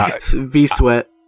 V-sweat